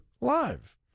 Live